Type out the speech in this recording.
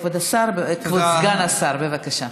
כבוד סגן השר, בבקשה.